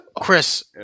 Chris